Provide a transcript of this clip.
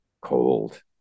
cold